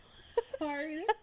Sorry